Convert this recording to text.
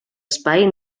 espai